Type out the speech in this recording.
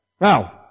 Now